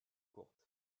courte